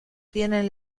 tienen